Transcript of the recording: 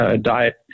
diet